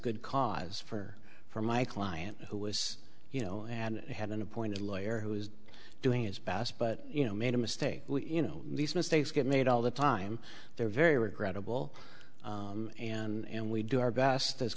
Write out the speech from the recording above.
good cause for for my client who was you know and had an appointed lawyer who was doing his best but you know made a mistake you know these mistakes get made all the time they're very regrettable and we do our best as